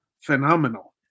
phenomenal